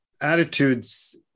attitudes